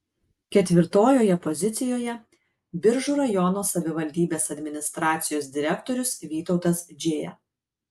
ketvirtojoje pozicijoje biržų rajono savivaldybės administracijos direktorius vytautas džėja